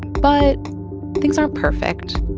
but things aren't perfect.